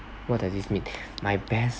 what does this mean my best